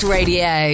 Radio